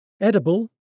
Edible